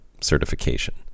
certification